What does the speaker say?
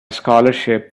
scholarship